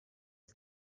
auf